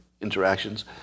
interactions